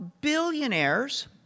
billionaires